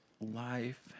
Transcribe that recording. life